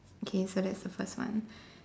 okay so that's the first one